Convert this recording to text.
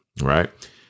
Right